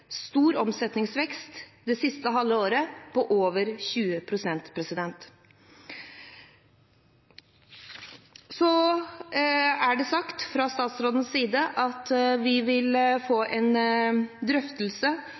stor omsetningsvekst det siste halve året, på over 20 pst. Fra statsrådens side er det sagt at vi vil få en drøftelse